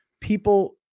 people